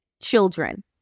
children